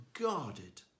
guarded